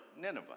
Nineveh